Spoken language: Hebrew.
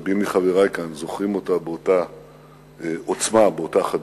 רבים מחברי כאן זוכרים אותו באותה עוצמה ובאותה חדות.